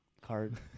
Card